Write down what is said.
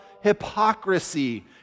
Hypocrisy